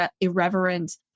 irreverent